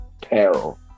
peril